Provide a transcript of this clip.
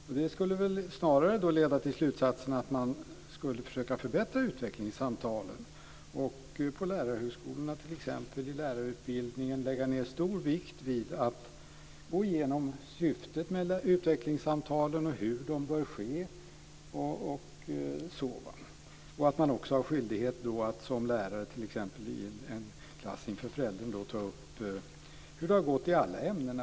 Och det skulle väl snarare leda till slutsatsen att man skulle försöka förbättra utvecklingssamtalen och t.ex. i lärarutbildningen på lärarhögskolorna lägga stor vikt vid att gå igenom syftet med utvecklingssamtalen och hur de bör ske och att man som lärare i en klass har skyldighet att inför föräldern ta upp hur det har gått i alla ämnen.